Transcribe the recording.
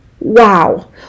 Wow